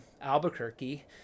Albuquerque